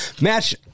match